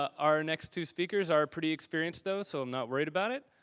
our next two speakers are pretty experienced, though so i'm not worried about it.